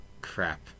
crap